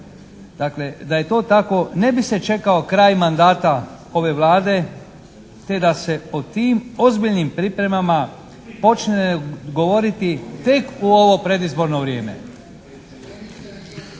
dakle da je to tako ne bi se čekao kraj mandata ove Vlade, te da se o tim ozbiljnim pripremama počne govoriti tek u ovo predizborno vrijeme.